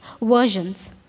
versions